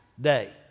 day